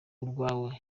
urwawe